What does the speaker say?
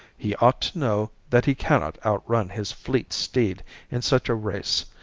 he ought to know that he cannot outrun his fleet steed in such a race,